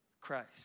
Christ